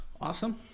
Awesome